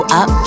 up